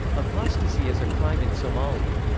apostasy is a crime in somalia.